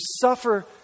suffer